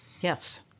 Yes